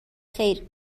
خیر